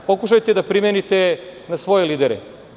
Pokušajte da primenite na svoje lidere.